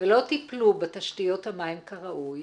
ולא טיפלו בתשתיות המים כראוי,